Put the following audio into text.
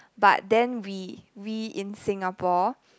but then we we in Singapore